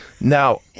Now